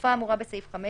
בתקופה האמורה בסעיף 5,